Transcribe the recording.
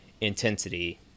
intensity